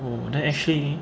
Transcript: oh then actually